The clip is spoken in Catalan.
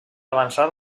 avançar